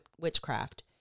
witchcraft